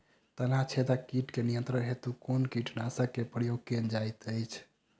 तना छेदक कीट केँ नियंत्रण हेतु कुन कीटनासक केँ प्रयोग कैल जाइत अछि?